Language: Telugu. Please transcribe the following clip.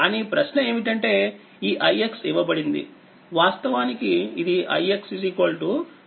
కానీప్రశ్న ఏమిటంటే ఈixఇవ్వబడింది వాస్తవానికి ఇది ixV50